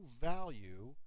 value